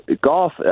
golf